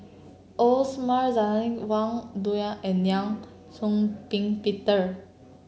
Osman Zailani Wang Dayuan and Law Shau Ping Peter